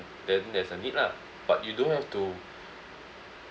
then there's a need lah but you don't have to